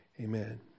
Amen